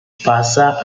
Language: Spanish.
pasa